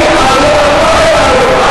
אל תפריע.